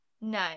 No